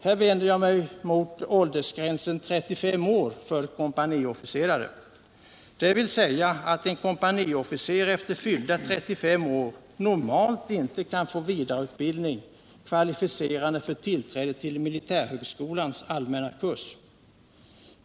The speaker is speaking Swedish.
Här vänder jag mig mot åldersgränsen 35 år för kompaniofficerare, dvs. att en kompaniofficer efter fyllda 35 år normalt inte kan få vidareutbildning kvalificerande för tillträde till militärhögskolans allmänna kurs.